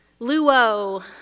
Luo